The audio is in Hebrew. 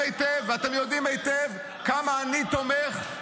היועצת המשפטית לממשלה לא --- אתם יודעים היטב כמה אני תומך,